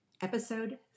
Episode